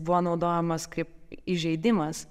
buvo naudojamas kaip įžeidimas